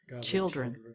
children